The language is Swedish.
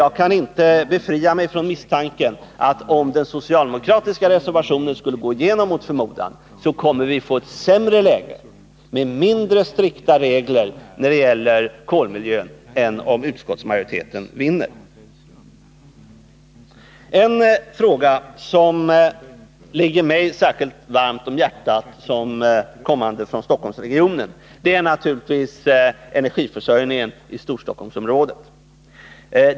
Jag kan inte befria mig från misstanken att vi, om den socialdemokratiska reservationen mot förmodan skulle antas, får ett sämre läge med mindre strikta regler i fråga om kolmiljön än om utskottsmajoritetens förslag vinner. En fråga som ligger mig, såsom kommande från Stockholmsregionen, särskilt varmt om hjärtat är naturligtvis energiförsörjningen i Storstockholmsområdet.